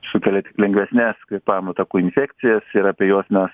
sukelia tik lengvesnes kvėpavimo takų infekcijas ir apie juos mes